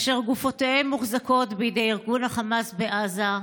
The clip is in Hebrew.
אשר גופותיהם מוחזקות בידי ארגון החמאס בעזה,